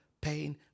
pain